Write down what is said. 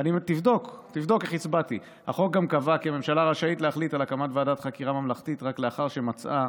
אדוני השר, איך אתה וסיעתך הצבעתם רק לפני שנה,